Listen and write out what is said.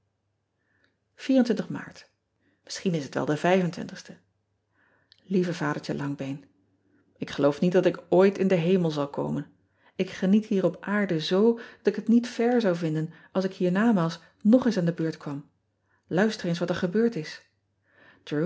ste ieve adertje angbeen k geloof niet dat ik ooit in den hemel zal komen k geniet hier op aarde z dat ik het niet fair zou vinden als ik hiernamaals nog eens aan de beurt kwam uister eens wat er gebeurd is